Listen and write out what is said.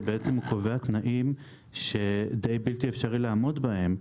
שבעצם הוא קובע תנאים שדי בלתי אפשרי לעמוד בהם.